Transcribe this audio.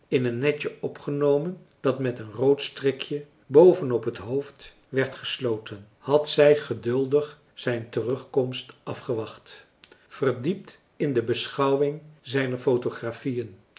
in een netje opgenomen dat met een rood strikje boven op het hoofd werd gesloten had zij geduldig zijn terugkomst afgewacht verdiept in de beschouwing zijner